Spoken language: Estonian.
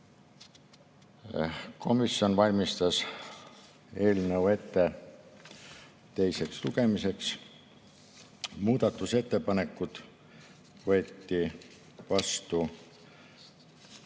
Komisjon valmistas eelnõu ette teiseks lugemiseks. Muudatusettepanekud võeti vastu